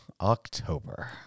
October